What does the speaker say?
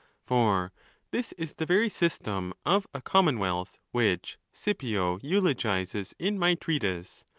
for this is the very system of a commonwealth which scipio eulogises in my treatise,